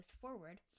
forward